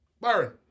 Byron